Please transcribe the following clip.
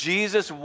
Jesus